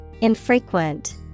INFREQUENT